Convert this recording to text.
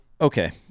okay